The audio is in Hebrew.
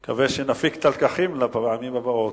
אני מקווה שנפיק את הלקחים לפעמים הבאות.